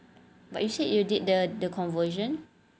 but you said you did the conversion